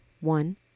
one